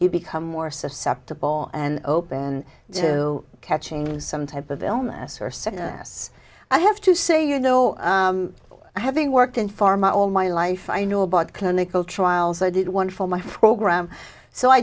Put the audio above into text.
you become more susceptible and open to catching some type of illness or said yes i have to say you know having worked in pharma all my life i knew about clinical trials i did one for my